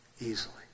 easily